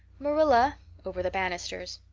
marilla over the banisters.